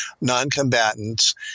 non-combatants